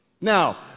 Now